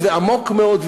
ועמוק מאוד,